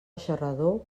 xarrador